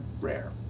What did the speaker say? rare